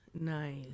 Nice